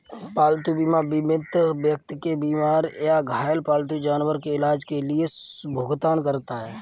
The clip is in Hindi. पालतू बीमा बीमित व्यक्ति के बीमार या घायल पालतू जानवर के इलाज के लिए भुगतान करता है